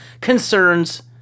concerns